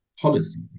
Policy